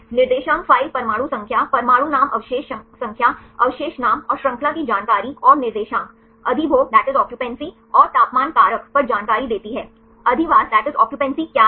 निर्देशांक फ़ाइल परमाणु संख्या परमाणु नाम अवशेष संख्या अवशेष नाम और श्रृंखला की जानकारी और निर्देशांक अधिभोग और तापमान कारक पर जानकारी देती है अधिवास क्या है